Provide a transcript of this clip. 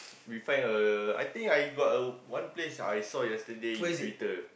we find a I think I got a one place I saw yesterday in twitter